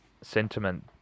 sentiment